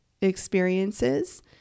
experiences